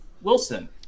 Wilson